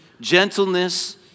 gentleness